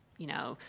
you know,